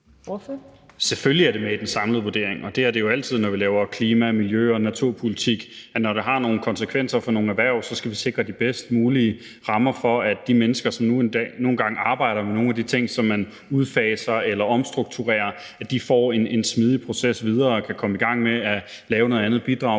den samlede vurdering. Det er det jo altid, når vi laver klima-, miljø- og naturpolitik. Når det har nogle konsekvenser for nogle erhverv, skal vi sikre de bedst mulige rammer for, at de mennesker, som nu engang arbejder med nogle af de ting, som man udfaser eller omstrukturerer, får en smidig proces til at komme i gang med at lave noget andet og bidrage på